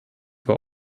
war